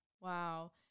wow